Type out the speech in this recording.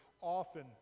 often